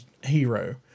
hero